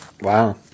Wow